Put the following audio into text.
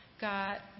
got